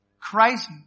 Christ